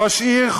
ראש עיר,